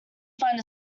find